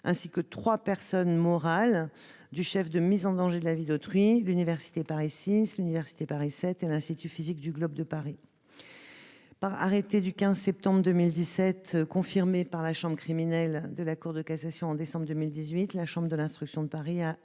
ainsi que trois personnes morales du chef de mise en danger de la vie d'autrui : l'université Paris VI Pierre-et-Marie-Curie, l'université Paris VII Denis-Diderot et l'Institut de physique du globe de Paris. Par arrêt du 15 septembre 2017 confirmé par la chambre criminelle de la Cour de cassation en décembre 2018, la chambre de l'instruction de Paris a